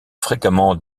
fréquemment